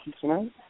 tonight